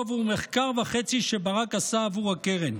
בעבור מחקר וחצי שברק עשה עבור הקרן.